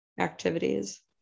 activities